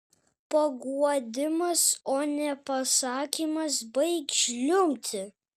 paguodimas o ne pasakymas baik žliumbti